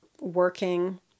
working